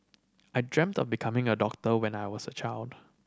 I dreamt of becoming a doctor when I was a child